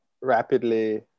rapidly